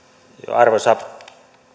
arvoisa